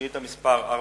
שאילתא מס' 487,